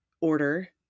order